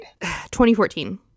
2014